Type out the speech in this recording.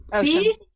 see